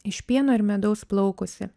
iš pieno ir medaus plaukusi